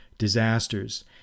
disasters